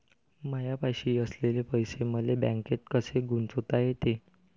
मायापाशी असलेले पैसे मले बँकेत कसे गुंतोता येते?